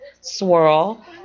swirl